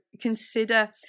consider